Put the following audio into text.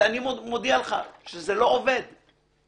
ואני מודיע לך שזה לא עובד, לצערי.